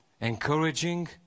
encouraging